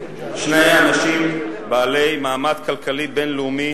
שני אנשים בעלי מעמד כלכלי בין-לאומי